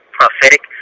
prophetic